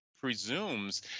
presumes